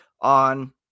on